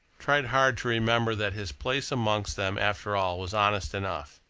tried hard to remember that his place amongst them, after all, was honest enough.